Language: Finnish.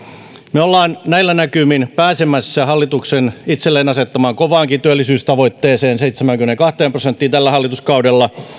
me olemme näillä näkymin pääsemässä hallituksen itselleen asettamaan kovaankin työllisyystavoitteeseen seitsemäänkymmeneenkahteen prosenttiin tällä hallituskaudella